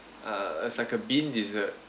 uh it's like a bean dessert